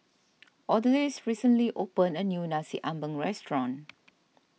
Odalis recently opened a new Nasi Ambeng restaurant